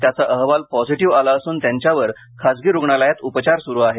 त्याचा अहवाल पॉझीटीव्ह आला असून त्यांच्यावर खासगी रुग्णालयात उपचार सुरू आहेत